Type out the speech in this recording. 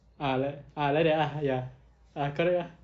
ah like ah like that ah ya ah correct lah